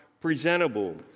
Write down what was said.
presentable